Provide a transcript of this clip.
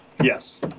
Yes